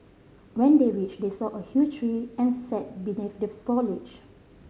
when they reached they saw a huge tree and sat beneath the foliage